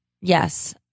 Yes